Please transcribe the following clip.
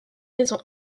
maison